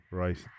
right